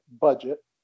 budget